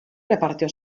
repartió